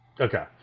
Okay